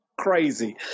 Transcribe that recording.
crazy